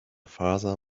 father